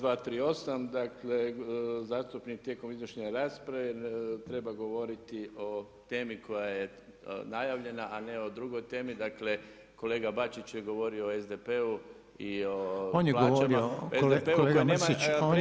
238., dakle zastupnik tijekom iznošenja rasprave treba govoriti o temi koja je najavljena a ne o drugoj temi dakle kolega Bačić je govorio o SDP-u i o plaćama.